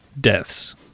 deaths